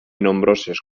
nombroses